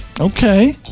Okay